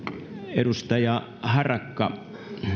edustaja harakka